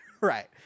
Right